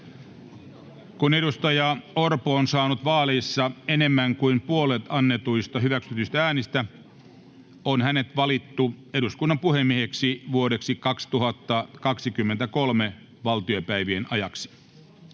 Kun Petteri Orpo on saanut vaalissa enemmän kuin puolet annetuista hyväksytyistä äänistä, on hänet valittu eduskunnan puhemieheksi vuoden 2023 valtiopäivien ajaksi.